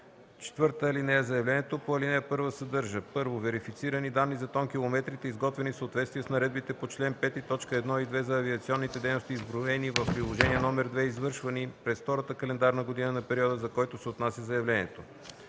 квоти. (4) Заявлението по ал. 1 съдържа: 1. верифицирани данни за тонкилометрите, изготвени в съответствие с наредбите по чл. 5, т. 1 и 2, за авиационните дейности, изброени в приложение № 2, извършвани през втората календарна година на периода, за който се отнася заявлението;